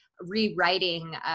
rewriting